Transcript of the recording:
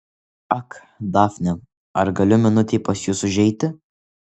ak dafne ar galiu minutei pas jus užeiti